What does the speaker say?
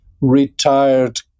retired